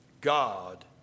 God